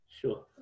Sure